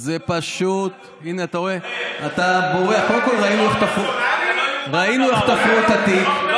זה נראה לך נורמלי, היית קצין בצבא.